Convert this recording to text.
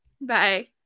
Bye